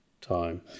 time